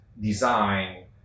design